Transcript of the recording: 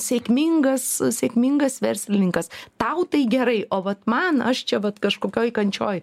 sėkmingas sėkmingas verslininkas tau tai gerai o vat man aš čia vat kažkokioj kančioj